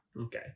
Okay